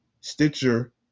Stitcher